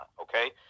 okay